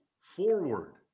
forward